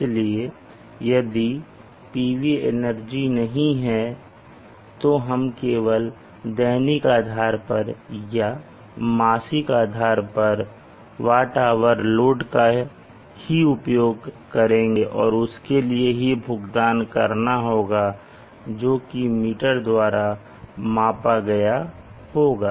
इसलिए यदि PV energy नहीं है तो हम केवल दैनिक आधार पर या मासिक आधार पर WHload का ही उपभोग करेंगे और उसके लिए भुगतान करना होगा जो कि मीटर द्वारा मापा गया होगा